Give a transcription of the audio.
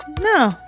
No